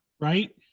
right